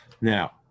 Now